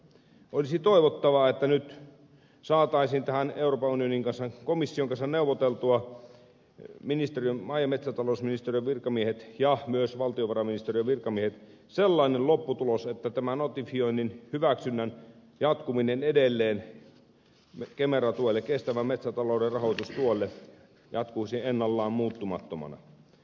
olisi toivottavaa että nyt saataisiin euroopan unionin komission kanssa neuvoteltua maa ja metsätalousministeriön virkamiehet ja myös valtiovarainministeriön virkamiehet neuvottelisivat sellainen lopputulos että tämä notifiointi hyväksyntä kemera tuen kestävän metsätalouden rahoitustuen osalta jatkuisi ennallaan muuttumattomana